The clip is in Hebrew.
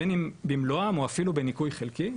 בין אם במלואם או אפילו בניכוי חלקי,